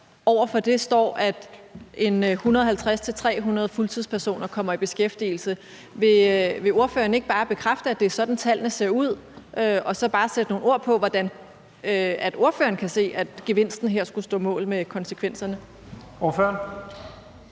i fattigdom står, at 150-300 personer kommer i fuldtidsbeskæftigelse. Vil ordføreren ikke bare bekræfte, at det er sådan, tallene ser ud, og så bare sætte nogle ord på, hvordan ordføreren kan se, at gevinsten her skulle stå mål med konsekvenserne? Kl.